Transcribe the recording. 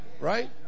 Right